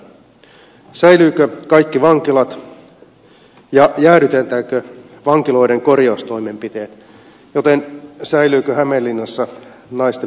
säilyvätkö kaikki vankilat ja jäädytetäänkö vankiloiden korjaustoimenpiteet joten säilyvätkö hämeenlinnassa naisten pyttysellit